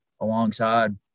alongside